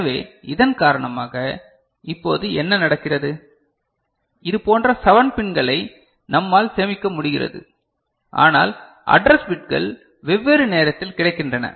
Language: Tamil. எனவே இதன் காரணமாக இப்போது என்ன நடக்கிறது இதுபோன்ற 7 பின்களை நம்மால் சேமிக்க முடிகிறது ஆனால் அட்ரஸ் பிட்கள் வெவ்வேறு நேரத்தில் கிடைக்கின்றன